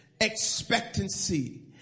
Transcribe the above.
expectancy